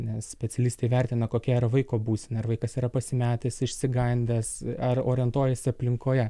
nes specialistai vertina kokia yra vaiko būsena ar vaikas yra pasimetęs išsigandęs ar orientuojasi aplinkoje